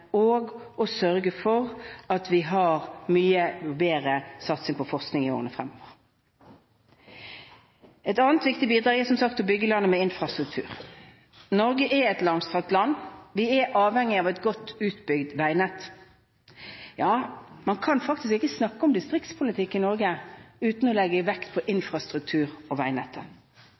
og å sørge for at vi har mye bedre satsing på forskning i årene fremover. Et annet viktig bidrag er som sagt å bygge landet med infrastruktur. Norge er et langstrakt land, og vi er avhengig av et godt utbygd veinett. Ja, man kan faktisk ikke snakke om distriktspolitikk i Norge uten å legge vekt på infrastruktur og veinettet.